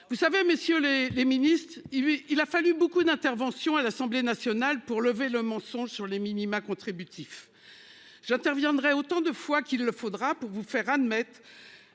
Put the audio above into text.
Vous savez messieurs les les ministres il lui, il a fallu beaucoup d'interventions à l'Assemblée nationale pour lever le mensonge sur les minima contributif. J'interviendrai autant de fois qu'il le faudra pour vous faire admettent.